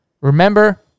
remember